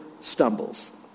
stumbles